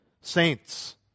Saints